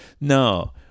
No